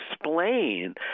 explain